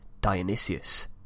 Dionysius